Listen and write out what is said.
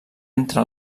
entre